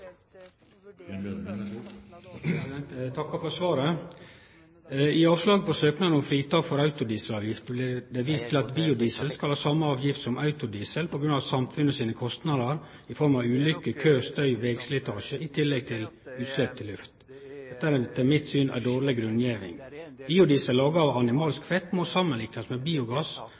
Eg takkar for svaret. I avslag på søknad om fritak for autodieselavgift blir det vist til at biodiesel skal ha same avgift som autodiesel på grunn av samfunnet sine kostnader i form av ulykker, kø, støy og vegslitasje i tillegg til utslepp til luft. Dette er etter mitt syn ei dårleg grunngjeving. Biodiesel laga av animalsk feitt må samanliknast med biogass,